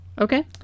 Okay